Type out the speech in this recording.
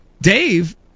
Dave